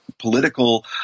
Political